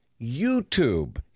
YouTube